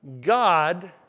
God